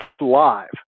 live